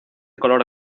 color